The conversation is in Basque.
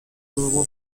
dugu